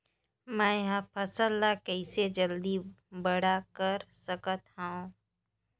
मैं ह फल ला कइसे जल्दी बड़ा कर सकत हव?